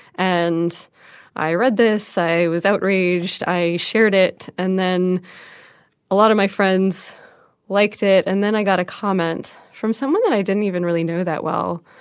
and i read this. i was outraged. i shared it. and then a lot of my friends liked it, and then i got a comment from someone that i didn't even really know that well.